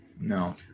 No